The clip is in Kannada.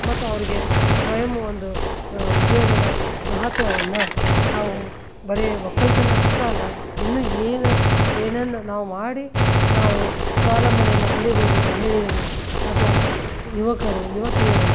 ಮತ್ತೆ ಅವರಿಗೆ ಸ್ವಯಂ ಒಂದು ಉದ್ಯೋಗದ ಮಹತ್ವವನ್ನು ನಾವು ಬರೀ ಒಕ್ಕಲತನ ಅಷ್ಟೇ ಅಲ್ಲ ಇನ್ನು ಏನು ಏನನ್ನು ನಾವು ಮಾಡಿ ನಾವು ಸ್ವಾವಲಂಬನೆಯನ್ನು ಪಡಿಬೋದು ಮಹಿಳೆಯರು ಅಥವಾ ಯುವಕರು ಯುವತಿಯರು